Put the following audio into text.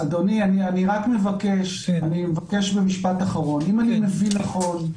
אדוני אני רק מבקש משפט אחרון,